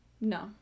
no